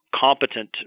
competent